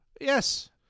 yes